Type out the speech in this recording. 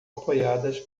apoiadas